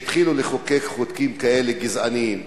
שהתחילו לחוקק חוקים כאלה גזעניים.